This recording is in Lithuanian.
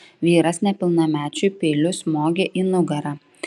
vyras nepilnamečiui peiliu smogė į nugarą